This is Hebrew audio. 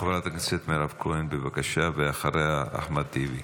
חברת הכנסת מירב כהן, בבקשה, ואחריה, אחמד טיבי.